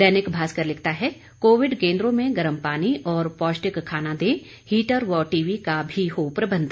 दैनिक भास्कर लिखता है कोविड केंद्रो में गरम पानी और पौष्टिक खाना दें हीटर व टीवी का भी हो प्रबंध